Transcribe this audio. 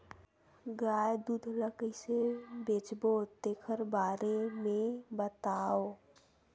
गाय दूध ल कइसे बेचबो तेखर बारे में बताओ?